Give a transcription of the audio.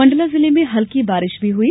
मंडला जिले में हल्की बारिश भी हुई